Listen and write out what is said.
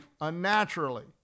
unnaturally